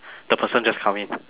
the person just come in